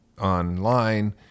online